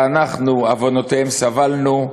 ואנחנו עוונותיהם סבלנו,